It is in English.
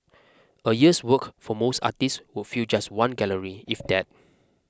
a year's work for most artists would fill just one gallery if that